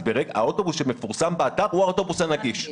אז האוטובוס שמפורסם באתר הוא האוטובוס הנגיש.